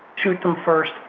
shoot them first,